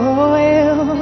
oil